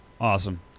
Awesome